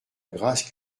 grâce